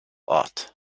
ort